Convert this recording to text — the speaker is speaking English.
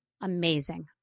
amazing